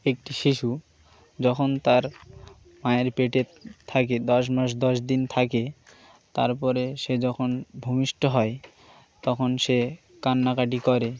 একটি শিশু যখন তার মায়ের পেটে থাকে দশ মাস দশ দিন থাকে তারপরে সে যখন ভূমিষ্ট হয় তখন সে কান্নাকাটি করে